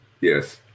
Yes